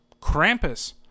Krampus